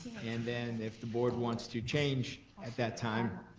and then if the board wants to change at that time,